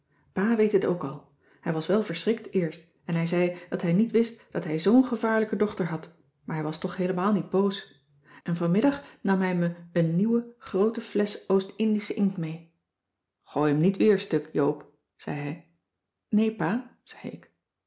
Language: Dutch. pa weet het ook al hij was wel verschrikt eerst en hij zei dat hij niet wist dat hij zoo'n gevaarlijke dochter had maar hij was toch heelemaal niet boos en vanmiddag nam hij me een nieuwe groote flesch oost-indische inkt mee cissy van marxveldt de h b s tijd van joop ter heul gooi hem niet weer stuk joop zei hij nee pa zei ik